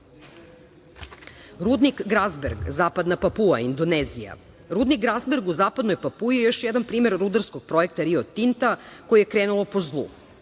„Grazberg“, Zapadna Papua, Indonezija. Rudnik „Grazberg“ u Zapadnoj Papui još jedan primer rudarskog projekta Rio Tinta koje je krenulo po zlu.